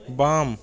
वाम